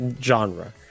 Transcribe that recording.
genre